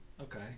Okay